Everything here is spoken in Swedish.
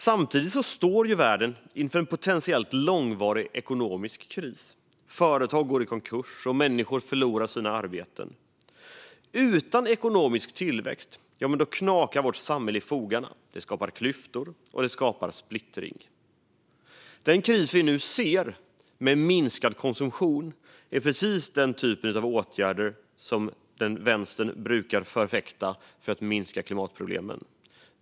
Samtidigt står världen inför en potentiellt långvarig ekonomisk kris. Företag går i konkurs, och människor förlorar sina arbeten. Utan ekonomisk tillväxt knakar vårt samhälle i fogarna. Det skapar klyftor och splittring. Den kris med minskad konsumtion vi nu ser är precis den typ av åtgärder som Vänstern brukar förfäkta för att minska klimatproblemen.